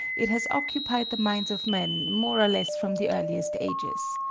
it has occupied the minds of men more or less from the earliest ages.